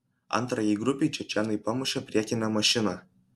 antrajai grupei čečėnai pamušė priekinę mašiną